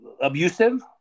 abusive